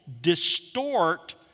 distort